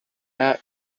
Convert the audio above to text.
are